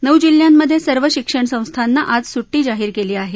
नऊ जिल्ह्यांमधे सर्व शिक्षण संस्थांना आज सुट्टी जाहीर केली आहे